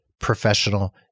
professional